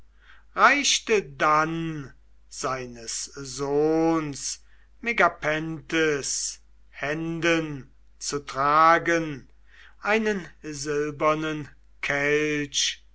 reichte dann seines sohns megapenthes händen zu tragen einen silbernen kelch